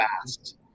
fast